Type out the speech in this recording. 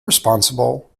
responsible